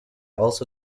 also